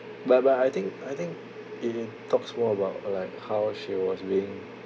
but but I think I think it it talks more about like how she was being